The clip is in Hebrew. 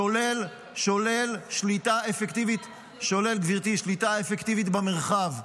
שולל שליטה אפקטיבית במרחב.